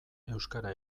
euskara